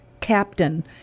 captain